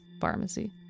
pharmacy